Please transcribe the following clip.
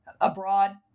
abroad